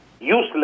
useless